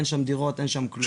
אין שם דירות, אין שם כלום.